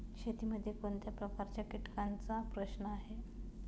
शेतीमध्ये कोणत्या प्रकारच्या कीटकांचा प्रश्न आहे?